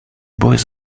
boys